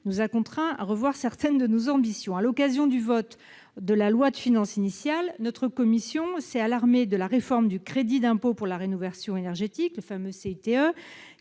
nous a contraints à revoir certaines de nos ambitions. À l'occasion du vote de la loi de finances initiale, notre commission s'est alarmée de la réforme du crédit d'impôt pour la rénovation énergétique, qui s'est